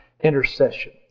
Intercession